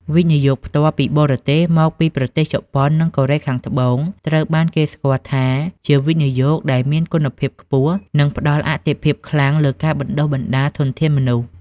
វិនិយោគផ្ទាល់ពីបរទេស មកពីប្រទេសជប៉ុន និងកូរ៉េខាងត្បូង ត្រូវបានគេស្គាល់ថាជាវិនិយោគដែលមានគុណភាពខ្ពស់ និងផ្ដល់អាទិភាពខ្លាំងលើការបណ្ដុះបណ្ដាលធនធានមនុស្ស។